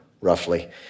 roughly